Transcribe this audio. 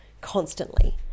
constantly